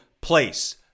place